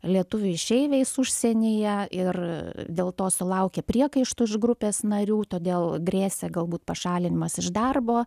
lietuvių išeiviais užsienyje ir dėl to sulaukė priekaištų iš grupės narių todėl grėsė galbūt pašalinimas iš darbo